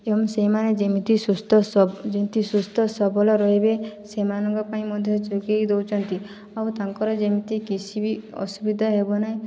ଏଣୁ ସେହିମାନେ ଯେମିତି ସୁସ୍ଥ ଯେମିତି ସୁସ୍ଥ ସବଳ ରହିବେ ସେମାନଙ୍କ ପାଇଁ ମଧ୍ୟ ଯୋଗାଇ ଦେଉଛନ୍ତି ଆଉ ତାଙ୍କର ଯେମିତି କିଛିବି ଅସୁବିଧା ହେବ ନାହିଁ